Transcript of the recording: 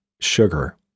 sugar